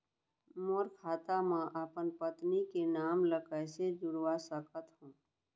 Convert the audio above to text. मोर खाता म अपन पत्नी के नाम ल कैसे जुड़वा सकत हो?